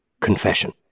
confession